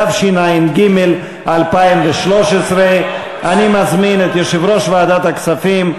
התשע"ג 2013. אני מזמין את יושב-ראש ועדת הכספים,